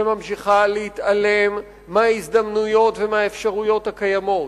שממשיכה להתעלם מההזדמנויות ומהאפשרויות הקיימות.